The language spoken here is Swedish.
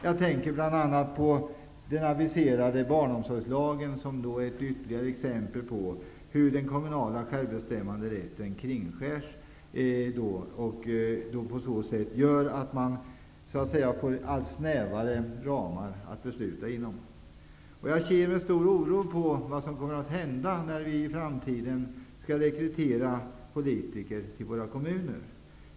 Jag tänker bl.a. på den aviserade barnomsorgslagen, som är ytterligare exempel på hur den kommunala självbestämmanderätten kringskärs. På det sättet får man allt snävare ramar att besluta inom. Jag ser med stor oro på framtiden och undrar vad som händer när vi skall rekrytera politiker till våra kommuner.